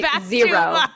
zero